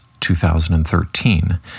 2013